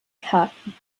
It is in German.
karten